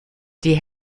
die